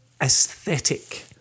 aesthetic